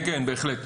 בהחלט.